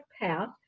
path